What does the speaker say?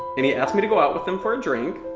and he asked me to go out with him for a drink,